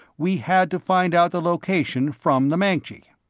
we had to find out the location from the mancji.